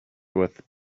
with